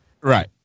Right